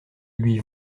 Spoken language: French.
lui